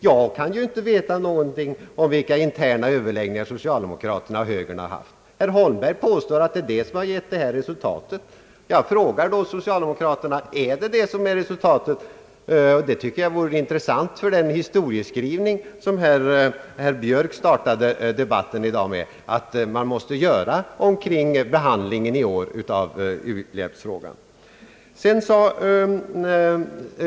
Jag kan ju inte veta någonting om vilka interna överläggningar socialdemokraterna och högern haft. Herr Holmberg påstår att det är detta som har gett föreliggande resultat, och jag frågar då socialdemokraterna på den punkten. Jag tycker att det vore intressant för den historieskrivning, som herr Björk har startat i dagens debatt och som man kanske måste göra när det gäller årets behandling av u-hjälpsfrågan.